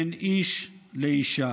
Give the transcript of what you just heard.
בין איש לאישה.